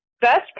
best